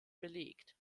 belegt